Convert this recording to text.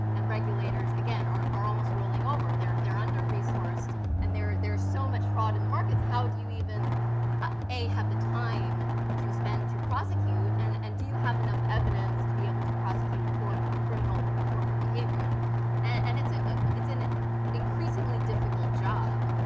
and regulators, again are are almost rolling over. they're they're under resourced and there is so much fraud in the markets, how do you even ah a, have the time to spend to prosecute and and do you have enough evidence to be able to prosecute for criminal corporate behavior and it's ah it's an increasingly difficult job.